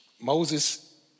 Moses